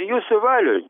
jūsų valioj